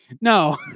No